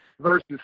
versus